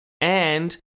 and-